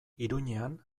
iruñean